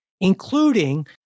including